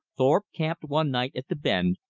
thorpe camped one night at the bend,